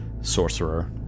sorcerer